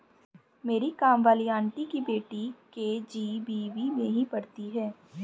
मेरी काम वाली आंटी की बेटी के.जी.बी.वी में ही पढ़ती है